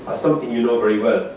ah something you know very well,